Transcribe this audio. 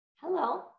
Hello